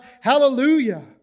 Hallelujah